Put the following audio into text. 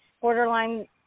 borderline